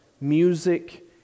music